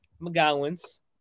McGowan's